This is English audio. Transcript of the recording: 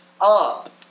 up